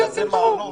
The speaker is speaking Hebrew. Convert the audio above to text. כן, ברור.